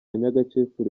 nyagakecuru